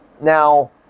Now